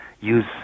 use